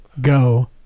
go